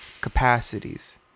capacities